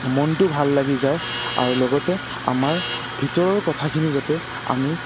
মনটো ভাল লাগি যায় আৰু লগতে আমাৰ ভিতৰৰ কথাখিনি যাতে আমি